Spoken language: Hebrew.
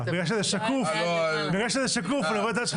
בגלל שזה שקוף אני רואה את היד שלך